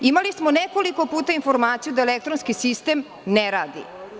Imali smo nekoliko puta da elektronski sistem ne radi.